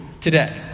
today